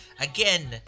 again